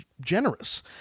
generous